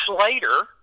later